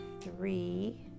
three